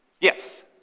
Yes